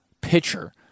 pitcher